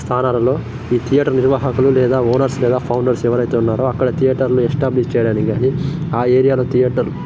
స్థానాలలో ఈ థియేటర్ నిర్వాహకులు లేదా ఓనర్స్ లేదా ఫౌండర్స్ ఎవరయితే ఉన్నారో అక్కడ థియేటర్లు ఎస్టాబ్లిష్ చేయడానికి గానీ ఆ ఏరియాలో థియేటర్